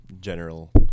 general